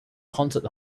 concert